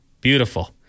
Beautiful